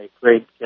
great